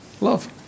love